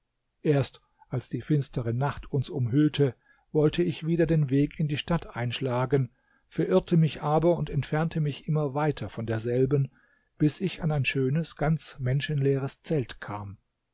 erst als die finstere nacht uns umhüllte wollte ich wieder den weg in die stadt einschlagen verirrte mich aber und entfernte mich immer weiter von derselben bis ich an ein schönes ganz menschenleeres zelt kam